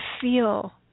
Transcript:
feel